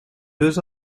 deux